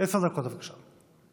עשר דקות, בבקשה.